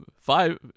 Five